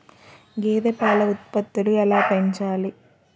గేదె పాల ఉత్పత్తులు ఎలా పెంచాలి?